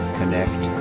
connect